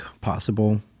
possible